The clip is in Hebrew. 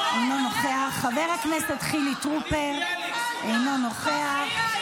אינו נוכח, חבר הכנסת חילי טרופר, אינו נוכח.